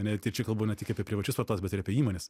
ane tai čia kalbu ne tik apie privačius vartotojus bet ir apie įmones